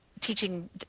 teaching